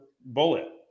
bullet